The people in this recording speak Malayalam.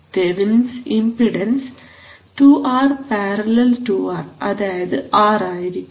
Thevenin's impedance thevenins impedance two R parallel two R അതായത് ആർ ആയിരിക്കും